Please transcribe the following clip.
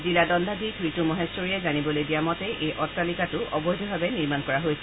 জিলা দণ্ডাধীশ ৰিতু মহেধৰীয়ে জানিবলৈ দিয়া মতে এই অটালিকাটো অবৈধভাৱে নিৰ্মাণ কৰা হৈছিল